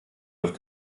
auf